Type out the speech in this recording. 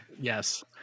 Yes